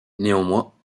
néanmoins